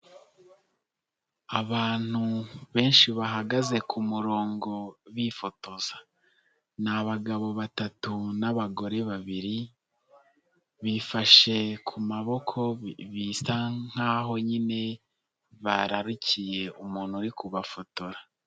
Abantu benshi bahagaze ku murongo bifotoza, ni abagabo batatu n'abagore babiri, bifashe ku maboko bisa nk'aho nyine bararikiye umuntu uri kubafotora.